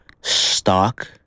stock